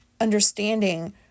understanding